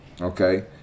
Okay